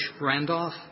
Randolph